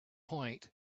point